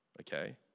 Okay